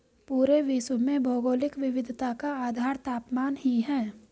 पूरे विश्व में भौगोलिक विविधता का आधार तापमान ही है